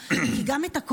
עדן ירושלמי,